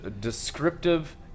descriptive